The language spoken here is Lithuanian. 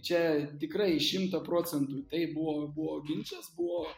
čia tikrai šimtą procentų taip buvo buvo ginčas buvo